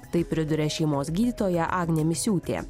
tai priduria šeimos gydytoja agnė misiūtė